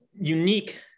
unique